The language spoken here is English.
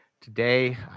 Today